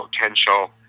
potential